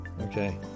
Okay